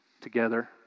together